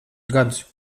gadus